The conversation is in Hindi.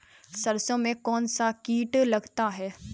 सरसों में कौनसा कीट लगता है?